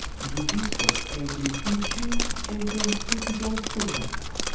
do this for every feature and then, put it all together.